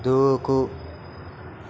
దూకు